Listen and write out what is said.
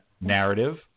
narrative